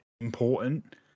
important